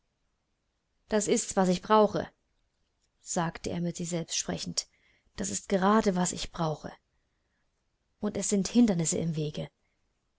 das ist's was ich brauche sagte er mit sich selbst sprechend das ist gerade was ich brauche und es sind hindernisse im wege